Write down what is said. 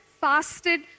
fasted